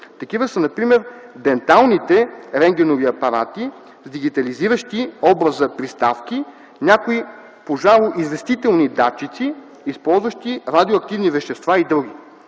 Такива са например денталните рентгенови апарати с дигитализиращи образа приставки, някои пожароизвестителни датчици, използващи радиоактивни вещества, и други;